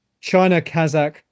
China-Kazakh